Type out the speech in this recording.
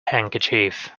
handkerchief